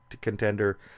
contender